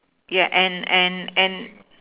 yeah and and and